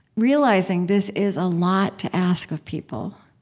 realizing, this is a lot to ask of people,